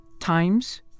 Times